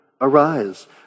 Arise